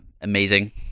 amazing